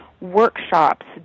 workshops